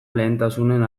lehentasunen